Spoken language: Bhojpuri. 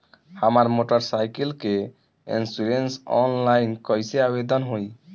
हमार मोटर साइकिल के इन्शुरन्सऑनलाइन कईसे आवेदन होई?